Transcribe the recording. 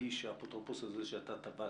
האפוטרופוסית הזאת שאתה תבעת,